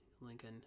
Lincoln